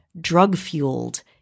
drug-fueled